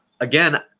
Again